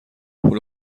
پول